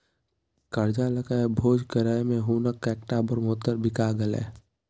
करजा लकए भोज करय मे हुनक कैकटा ब्रहमोत्तर बिका गेलै